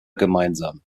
gemeinsam